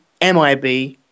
MIB